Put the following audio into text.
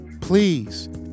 please